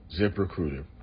ZipRecruiter